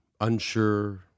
unsure